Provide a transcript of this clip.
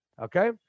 Okay